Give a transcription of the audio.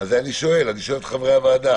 --- אני שואל את חברי הוועדה